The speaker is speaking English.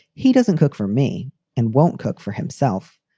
he doesn't cook for me and won't cook for himself,